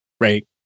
right